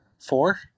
Four